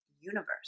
universe